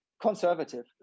conservative